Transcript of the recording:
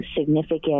significant